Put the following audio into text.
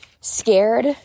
scared